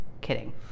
kidding